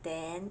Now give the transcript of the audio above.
then